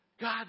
God